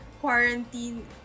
quarantine